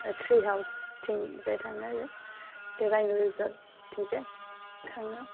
त्री हाउस थिंजाय थाङो आरो राइन' रिजर्ट थिंजाय थाङो